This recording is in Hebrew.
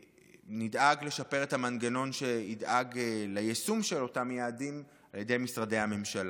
ונדאג לשפר את המנגנון שידאג ליישום של אותם יעדים על ידי משרדי הממשלה.